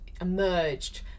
emerged